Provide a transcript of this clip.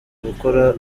gukora